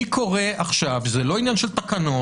אני קורא עכשיו, וזה לא עניין של תקנות,